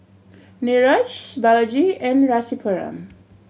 Niraj Balaji and Rasipuram